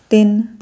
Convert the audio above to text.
ਤਿੰਨ